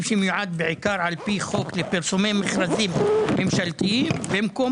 שמיועד בעיקר על פי חוק לפרסומי מכרזים ממשלתיים במקום